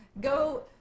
go